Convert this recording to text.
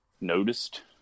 noticed